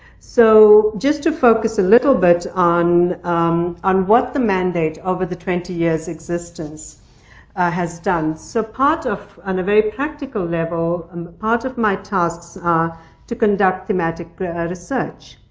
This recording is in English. so just to focus a little bit on um on what the mandate over the twenty years' existence has done. so part of on a very practical level um part of my tasks are to conduct thematic research,